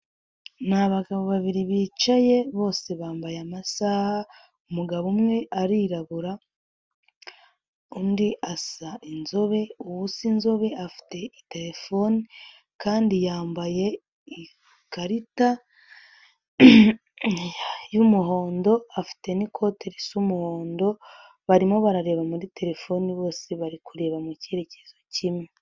Ni abagabo babiri bicaye bose bambaye amasaha umugabo umwe arirabura undi asa inzobe, uwusa inzobe afite telefone kandi yambaye ikarita y'umuhondo, afite n'ikote risa umuhondo barimo barareba muri telefone bose bari kureba mu cyerekezo kimwe.